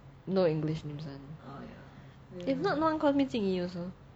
no english names [one] if not no one call me 静怡 also